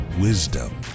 wisdom